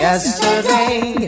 Yesterday